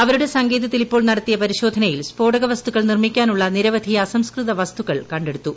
അവരുടെ സങ്കേതത്തിൽ ഇപ്പോൾ നടത്തിയ പരിശോധനയിൽ സ്ഫോടക വസ്തുക്കൾ നിർമമിക്കാൻ ഉള്ള നിരവധി അസംസ്കൃത വസ്തുക്കൾ കണ്ടെടുത്തു